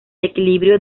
equilibrio